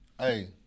Hey